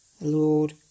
Lord